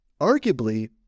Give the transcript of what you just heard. Arguably